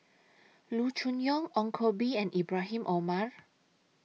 Loo Choon Yong Ong Koh Bee and Ibrahim Omar